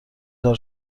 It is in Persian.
دار